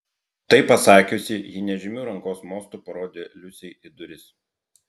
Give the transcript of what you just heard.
tai pasakiusi ji nežymiu rankos mostu parodė liusei į duris